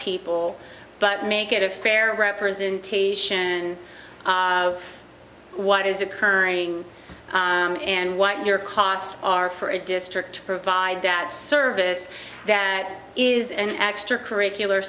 people but make it a fair representation of what is occurring and what your costs are for a district to provide that service that is an extra curricular